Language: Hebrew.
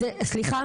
זה סליחה,